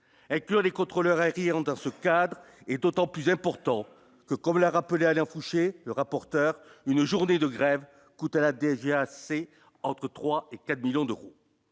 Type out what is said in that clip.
et que les contrôleurs aériens dans ce cadre et d'autant plus important que, comme l'a rappelé Alain Fouché, le rapporteur, une journée de grève coûte à la DGAC, entre 3 et 4 millions d'euros,